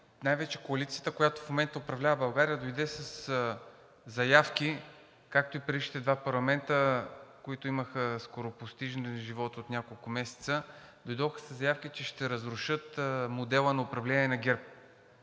най-вече коалицията, която в момента управлява България, както и предишните два парламента, които имаха скоропостижен живот от няколко месеца, дойдоха със заявки, че ще разрушат модела на управление на ГЕРБ.